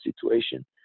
situation